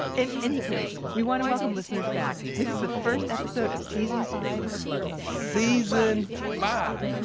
in any case, we want to welcome listeners back. this is the first episode of season five of ear hustle season five.